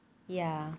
ya